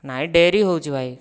ନାଇଁ ଡେରି ହେଉଛି ଭାଇ